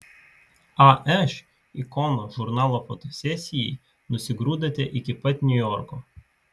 aš ikona žurnalo fotosesijai nusigrūdote iki pat niujorko